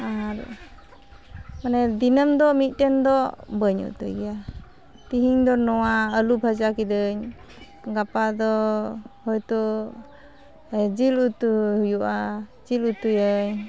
ᱟᱨ ᱢᱟᱱᱮ ᱫᱤᱱᱟᱹᱢᱫᱚ ᱢᱤᱫᱴᱮᱱᱫᱚ ᱵᱟᱹᱧ ᱩᱛᱩᱭᱜᱮᱭᱟ ᱛᱮᱦᱮᱧᱫᱚ ᱱᱚᱣᱟ ᱟᱹᱞᱩ ᱵᱷᱟᱡᱟ ᱠᱮᱫᱟᱹᱧ ᱜᱟᱯᱟᱫᱚ ᱦᱚᱭᱛᱳ ᱡᱤᱞ ᱩᱛᱩ ᱦᱩᱭᱩᱜᱼᱟ ᱡᱤᱞ ᱩᱛᱩᱭᱟᱹᱧ